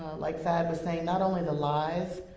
like thad was saying, not only the lies,